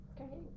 Okay